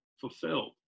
fulfilled